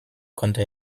konnte